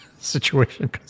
situation